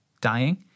dying